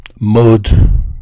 mud